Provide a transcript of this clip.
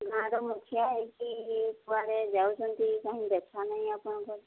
ଗାଁର ମଝିଆ ହୋଇକି କୁଆଡ଼େ ଯାଉଛନ୍ତି କାହିଁ ଦେଖାନାହିଁ ଆପଣଙ୍କର